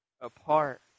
apart